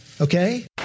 Okay